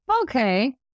Okay